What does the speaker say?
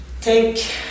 take